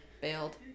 bailed